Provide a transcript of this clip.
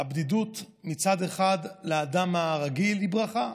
הבדידות לאדם הרגיל היא ברכה,